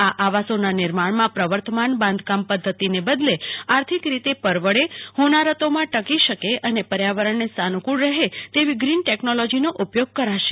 આ આવાસોના નિર્માણમાં પ્રવર્તમાન બાંધકામ પધ્ધતિના બદલે આર્થિક રીતે પરવડે હોનારતોમાં ટકી શકે અને પર્યાવરણને સાનુફ્રળ રહે તેવી ગ્રીન ટેકનોલોજીનો ઉપયોગ કરાશે